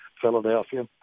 Philadelphia